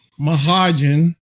Mahajan